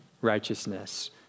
righteousness